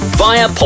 via